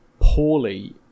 poorly